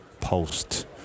post